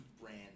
brand